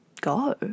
go